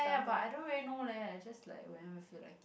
but I don't really know leh I just like whenever I feel like